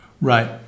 Right